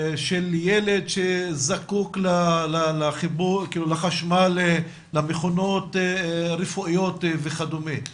של ילד שזקוק לחיבור לחשמל למכונות רפואיות וכדומה.